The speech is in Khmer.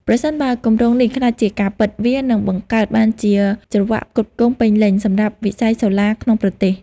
ប្រសិនបើគម្រោងនេះក្លាយជាការពិត វានឹងបង្កើតបានជា ច្រវ៉ាក់ផ្គត់ផ្គង់ពេញលេញ សម្រាប់វិស័យសូឡាក្នុងប្រទេស។